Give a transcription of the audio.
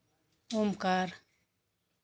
Omkar